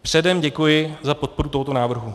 Předem děkuji za podporu tohoto návrhu.